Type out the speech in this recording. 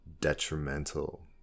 detrimental